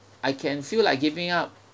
I can feel like giving up